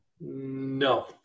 no